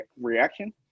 reaction